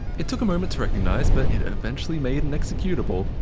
it took a moment to recognize, but it eventually made an executable.